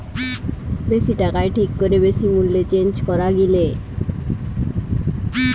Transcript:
বেশি টাকায় ঠিক করে বেশি মূল্যে চেঞ্জ করা গিলে